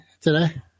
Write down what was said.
today